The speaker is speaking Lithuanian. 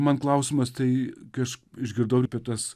man klausimas tai kai aš išgirdau ir apie tas